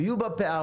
ויהיו בה פערים,